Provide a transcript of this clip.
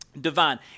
divine